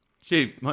Chief